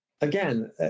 again